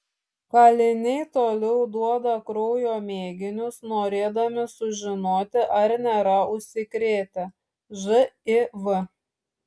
kaliniai toliau duoda kraujo mėginius norėdami sužinoti ar nėra užsikrėtę živ